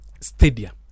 stadia